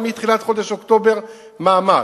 מתחילת חודש אוקטובר היה מאמץ.